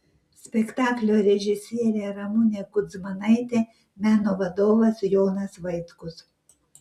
spektaklio režisierė ramunė kudzmanaitė meno vadovas jonas vaitkus